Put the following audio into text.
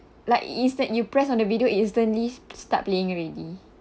like insta~ you press on the video it instantly start playing already